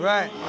Right